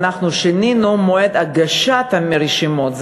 אנחנו שינינו את מועד הגשת הרשימות,